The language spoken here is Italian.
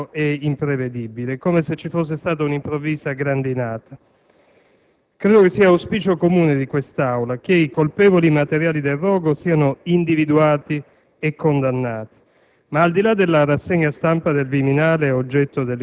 parlare di disastro ambientale imprevisto e imprevedibile, come se ci fosse stata un'improvvisa grandinata. Credo sia auspicio comune di quest'Aula che i colpevoli materiali del rogo siano individuati e condannati,